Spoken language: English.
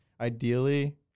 ideally